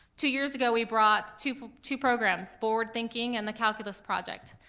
two years ago, we brought two two programs, forward thinking and the calculus project.